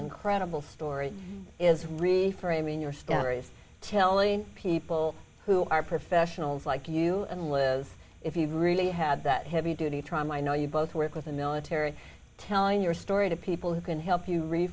incredible story is really framing your story telling people d who are professionals like you and liz if you really had that heavy duty trauma i know you both work with the military telling your story to people who can help you